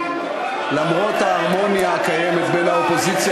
למרות ההרמוניה הקיימת בין האופוזיציה